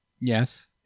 Yes